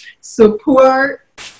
support